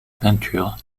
peinture